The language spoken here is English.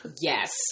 Yes